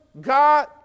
God